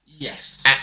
Yes